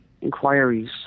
inquiries